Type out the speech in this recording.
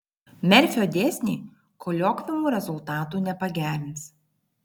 merfio dėsniai koliokviumų rezultatų nepagerins